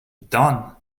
done